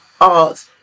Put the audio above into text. Art